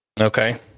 Okay